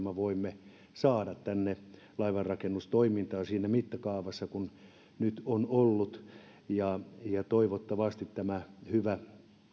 me voimme saada tänne laivanrakennustoimintaa siinä mittakaavassa kuin nyt on ollut toivottavasti tämä hyvä